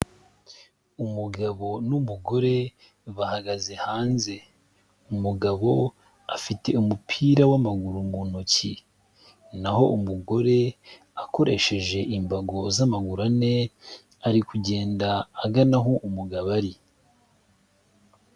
Umugabo n'umugore bahagaze hanze. Umugabo afite umupira w'amaguru mu ntoki, naho umugore akoresheje imbago z'amaguru ane, ari kugenda agana aho umugabo ari.